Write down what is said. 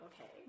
okay